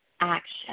action